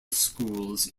schools